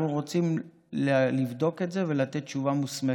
אנחנו רוצים לבדוק את זה ולתת תשובה מוסמכת,